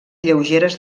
lleugeres